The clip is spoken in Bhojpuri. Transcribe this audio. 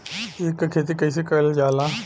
ईख क खेती कइसे कइल जाला?